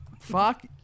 Fuck